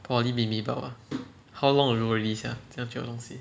poly bibimbap ah how long ago already sia 这样就的东西